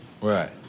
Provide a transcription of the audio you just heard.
Right